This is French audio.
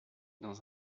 dans